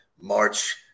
March